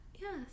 Yes